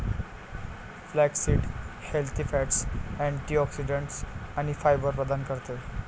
flaxseed healthy fats, antioxidants आणि fibre प्रदान करते